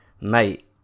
Mate